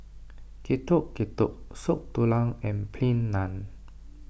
Getuk Getuk Soup Tulang and Plain Naan